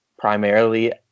primarily